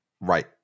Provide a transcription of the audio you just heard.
right